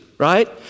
right